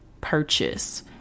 purchase